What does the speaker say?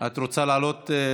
את רוצה לעלות?